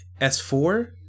S4